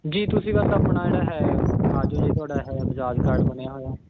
ਜੀ ਤੁਸੀਂ ਬਸ ਆਪਣਾ ਜਿਹੜਾ ਹੈ ਆ ਜਾਓ ਜੇ ਤੁਹਾਡਾ ਹੈ ਬਜਾਜ ਕਾਰਡ ਬਣਿਆ ਹੋਇਆ